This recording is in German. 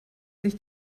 sich